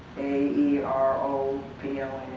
a e r o p l